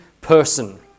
person